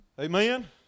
Amen